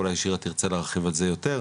אולי שירה תרצה להרחיב על זה יותר.